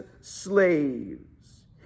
slaves